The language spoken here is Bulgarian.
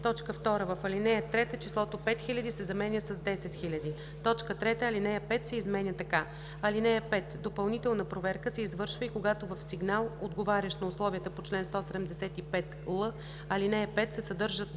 му“. 2. В ал. 3 числото „5000“ се заменя с „10 000“. 3. Алинея 5 се изменя така: „(5) Допълнителна проверка се извършва и когато в сигнал, отговарящ на условията по чл. 175л, ал. 5, се съдържат